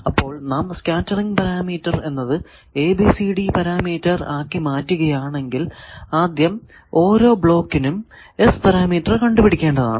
അപ്പോൾ നാം scattering parameter എന്നത് ABCD പാരാമീറ്റർ ആക്കി മാറ്റുകയാണെങ്കിൽ ആദ്യം ഓരോ ബ്ലോക്കിനും S പാരാമീറ്റർ കണ്ടുപിടിക്കേണ്ടതാണ്